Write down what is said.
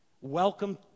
welcome